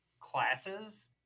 classes